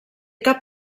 cap